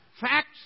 facts